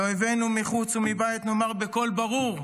לאויבינו מחוץ ומבית נאמר בקול ברור: